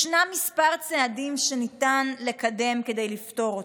ישנם כמה צעדים שניתן לקדם כדי לפתור אותו.